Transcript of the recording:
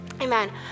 Amen